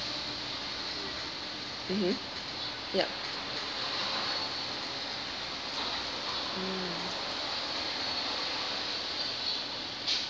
mmhmm yup